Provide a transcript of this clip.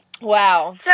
Wow